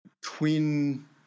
twin